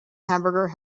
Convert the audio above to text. hamburger